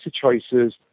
choices